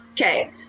okay